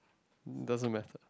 doesn't matter